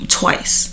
twice